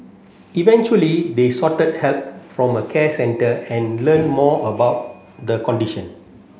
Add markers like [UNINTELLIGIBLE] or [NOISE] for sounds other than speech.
eventually they [UNINTELLIGIBLE] help from a care centre and learn more about the condition